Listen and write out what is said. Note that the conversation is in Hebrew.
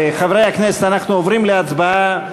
חברי הכנסת, אנחנו עוברים להצבעה.